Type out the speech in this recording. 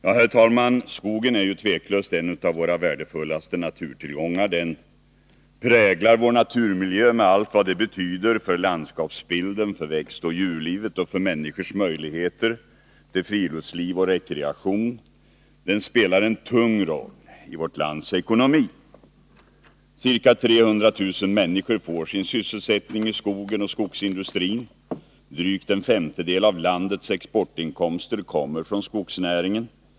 Herr talman! Skogen är tveklöst en av våra värdefullaste naturtillgångar. Den präglar vår naturmiljö, med allt vad det betyder för landskapsbilden, för växtoch djurlivet och för människors möjligheter till friluftsliv och rekreation. Den spelar en tung roll i vårt lands ekonomi. Ca 300 000 människor får sin sysselsättning i skogen och skogsindustrin. Drygt en femtedel av landets exportinkomster kommer från skogsnäringen.